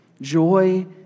Joy